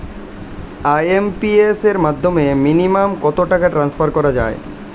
IMPS এর মাধ্যমে minimum কত টাকা ট্রান্সফার করা যায়?